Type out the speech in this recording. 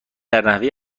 عاطفی